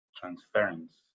transference